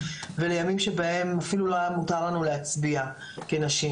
ולימים שבהם אפילו לא היה מותר לנו להצביע כנשים,